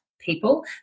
people